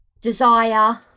Desire